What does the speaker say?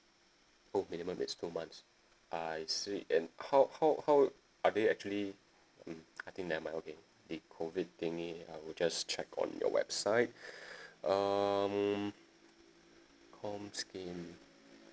oh minimum is two months I see and how how how are they actually mm I think never mind okay the COVID thingy I will just check on your website um com scheme